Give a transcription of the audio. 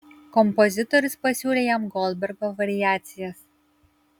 kompozitorius pasiūlė jam goldbergo variacijas